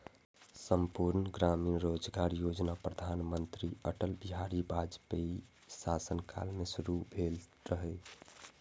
संपूर्ण ग्रामीण रोजगार योजना प्रधानमंत्री अटल बिहारी वाजपेयीक शासन काल मे शुरू भेल रहै